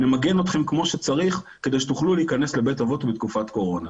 נמגן אתכם כמו שצריך כדי שתוכלו להיכנס לבית אבות בתקופת קורונה.